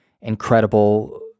incredible